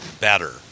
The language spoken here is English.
better